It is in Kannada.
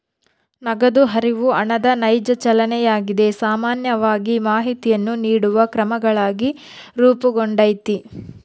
ನಗದು ಹರಿವು ಹಣದ ನೈಜ ಚಲನೆಯಾಗಿದೆ ಸಾಮಾನ್ಯವಾಗಿ ಮಾಹಿತಿಯನ್ನು ನೀಡುವ ಕ್ರಮಗಳಾಗಿ ರೂಪುಗೊಂಡೈತಿ